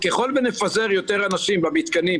ככל שנפזר יותר אנשים במתקנים,